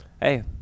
Hey